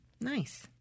Nice